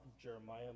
Jeremiah